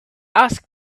asked